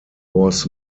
was